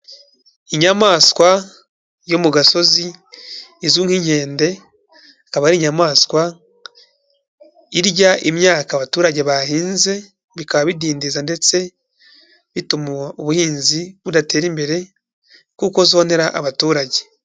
Inyamaswa yo mu gasozi izwi nk'inkende, ikaba ari inyamaswa irya imyaka abaturage bahinze, bikaba bidindiza ndetse bituma ubuhinzi budatera imbere kuko zonera abaturage.